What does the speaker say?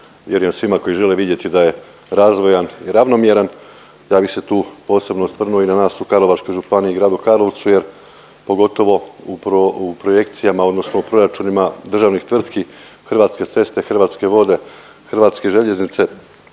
vjerujem svima koji žele vidjeti da je razvojan i ravnomjeran. Ja bih se tu posebno osvrnuo i na nas u Karlovačkoj županiji i gradu Karlovcu jer pogotovo u projekcijama odnosno u proračunima državnih tvrtki Hrvatske ceste, Hrvatske vode, Hrvatske željeznice,